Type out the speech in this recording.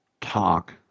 talk